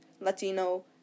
Latino